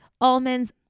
almonds